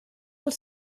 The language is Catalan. els